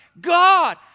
God